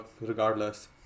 regardless